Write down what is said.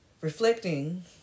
reflecting